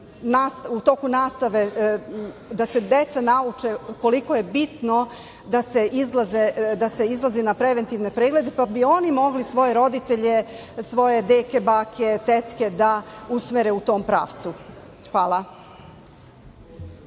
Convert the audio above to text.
u toku nastave da se deca nauče koliko je bitno da se izlazi na preventivne preglede, pa bi oni mogli svoje roditelje, svoje deke, bake, tetke da usmere u tom pravcu. Hvala.